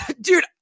Dude